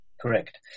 Correct